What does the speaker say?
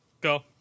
go